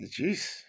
Jeez